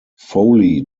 foley